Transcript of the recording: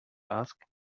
asked